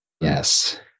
Yes